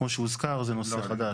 כמו שהוזכר, זה נושא חדש.